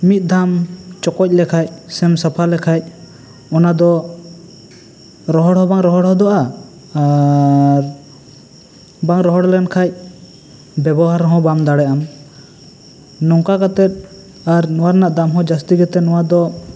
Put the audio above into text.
ᱢᱤᱫ ᱫᱷᱟᱣ ᱪᱚᱠᱚᱡ ᱞᱮᱠᱷᱟᱡ ᱥᱮᱢ ᱥᱟᱯᱷᱟ ᱞᱮᱠᱷᱟᱡ ᱚᱱᱟ ᱫᱚ ᱨᱚᱦᱚᱲ ᱦᱚᱸ ᱵᱟᱝ ᱨᱚᱦᱚᱲ ᱦᱚᱫᱚᱜᱼᱟ ᱵᱟᱝ ᱨᱚᱦᱚᱲ ᱞᱮᱱ ᱠᱷᱟᱡ ᱵᱮᱵᱚᱦᱟᱨ ᱦᱚᱸ ᱵᱟᱢ ᱫᱟᱲᱮᱜ ᱟᱢ ᱱᱚᱝᱠᱟ ᱠᱟᱛᱮ ᱟᱨ ᱱᱚᱣᱟ ᱨᱮᱱᱟᱜ ᱫᱟᱢ ᱦᱚᱸ ᱡᱟᱹᱥᱛᱤ ᱠᱟᱛᱮ ᱱᱚᱣᱟ ᱫᱚ